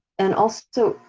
and also,